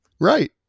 Right